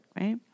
right